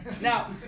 Now